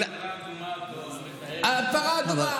גם בפרה אדומה אתה לא מבין, פרה אדומה,